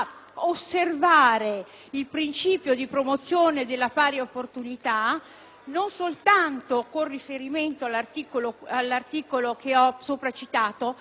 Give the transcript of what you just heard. osservare il principio di promozione delle pari opportunità non soltanto con riferimento all'articolo che ho sopra citato,